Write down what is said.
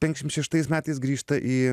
penkiašimt šeštais metais grįžta į